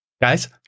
Guys